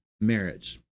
marriage